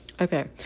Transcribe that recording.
Okay